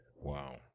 Wow